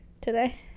today